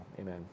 amen